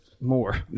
more